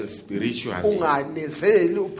spiritually